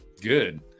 Good